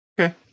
Okay